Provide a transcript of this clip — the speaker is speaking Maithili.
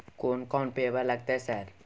कोन कौन पेपर लगतै सर?